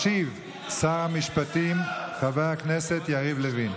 ישיב שר המשפטים חבר הכנסת יריב לוין.